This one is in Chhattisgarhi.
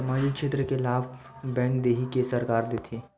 सामाजिक क्षेत्र के लाभ बैंक देही कि सरकार देथे?